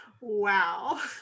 wow